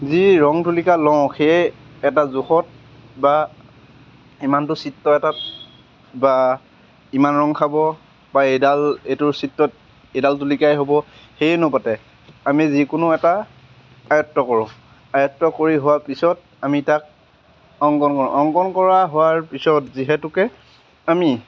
যি ৰং তুলিকা লওঁ সেই এটা জোখত বা ইমানটো চিত্ৰ এটাত বা ইমান ৰং খাব বা এইডাল এইটোৰ চিত্ৰত এইডাল তুলিকাই হ'ব সেই অনুপাতে আমি যিকোনো এটা আয়ত্ব কৰোঁ আয়ত্ব কৰি হোৱাৰ পিছত আমি তাক অংকন কৰোঁ অংকণ কৰা হোৱাৰ পিছত যিহেতুকে আমি